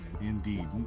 Indeed